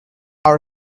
our